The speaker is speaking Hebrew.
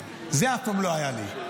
זה אף פעם לא היה לי,